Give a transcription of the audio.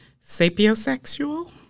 sapiosexual